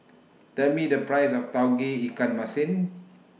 Tell Me The Price of Tauge Ikan Masin